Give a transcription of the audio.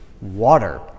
water